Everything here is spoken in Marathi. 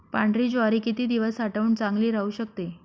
पांढरी ज्वारी किती दिवस साठवून चांगली राहू शकते?